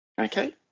okay